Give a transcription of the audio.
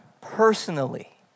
personally